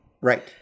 Right